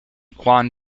quan